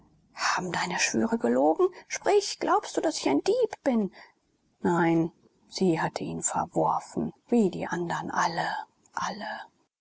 haben deine schwüre gelogen sprich glaubst du daß ich ein dieb bin nein sie hatte ihn verworfen wie die andern alle alle